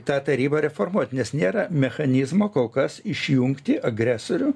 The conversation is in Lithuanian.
tą tarybą reformuot nes nėra mechanizmo kol kas išjungti agresorių